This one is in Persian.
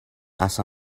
اصلا